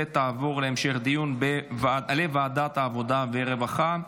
ותעבור להמשך דיון בוועדת העבודה והרווחה.